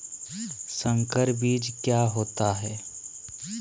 संकर बीज क्या होता है?